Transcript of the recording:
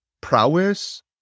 prowess